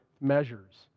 measures